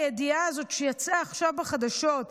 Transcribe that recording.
הידיעה הזאת שיצאה עכשיו בחדשות,